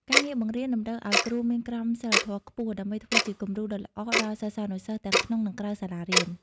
ការងារបង្រៀនតម្រូវឱ្យគ្រូមានក្រមសីលធម៌ខ្ពស់ ដើម្បីធ្វើជាគំរូដ៏ល្អដល់សិស្សានុសិស្សទាំងក្នុង និងក្រៅសាលារៀន។